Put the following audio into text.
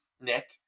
Nick